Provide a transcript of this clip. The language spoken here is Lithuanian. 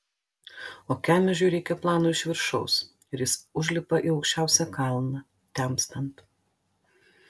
o kemežiui reikia plano iš viršaus ir jis užlipa į aukščiausią kalną temstant